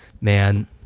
man